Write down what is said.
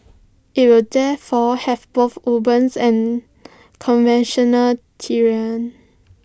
IT will therefore have both urban and conventional terrain